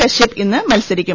കശ്യപ് ഇന്ന് മത്സരിക്കും